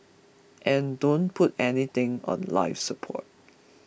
and don't put anything on life support